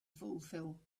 fulfill